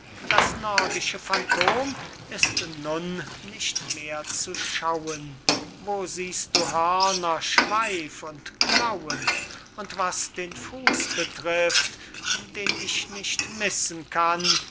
das nordische phantom ist nun nicht mehr zu schauen wo siehst du hörner schweif und klauen und was den fuß betrifft den ich nicht missen kann